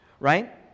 right